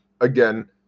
again